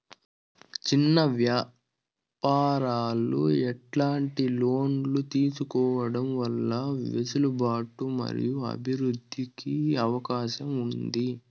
చిన్న వ్యాపారాలు ఎట్లాంటి లోన్లు తీసుకోవడం వల్ల వెసులుబాటు మరియు అభివృద్ధి కి అవకాశం ఉంది?